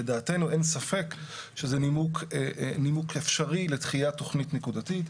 לדעתנו אין ספק שזה נימוק אפשרי לדחיית תכנית נקודתית.